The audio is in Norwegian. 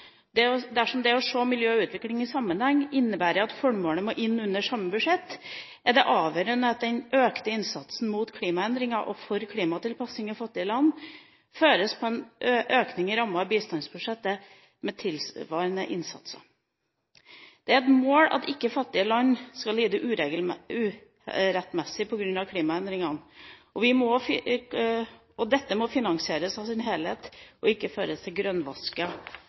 denne.» Men dersom det å se miljø og utvikling i sammenheng innebærer at formålene må inn under samme budsjett, er det avgjørende at den økte innsatsen mot klimaendringer og for klimatilpasning i fattige land fører til en økning i rammene for bistandsbudsjettet som tilsvarer innsatsen. Det er et mål at fattige land ikke skal lide urettmessig på grunn av klimaendringene. Da må dette i sin helhet finansieres av nye midler og ikke